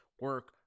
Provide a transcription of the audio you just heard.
Work